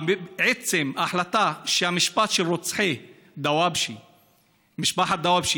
עצם ההחלטה שהמשפט של רוצחי משפחת דוואבשה